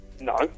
No